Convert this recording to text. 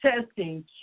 testing